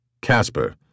Casper